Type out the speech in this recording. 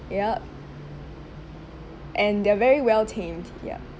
yup and they're very well tamed ya